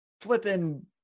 flipping